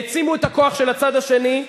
העצימו את הכוח של הצד השני,